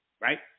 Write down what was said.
right